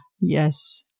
Yes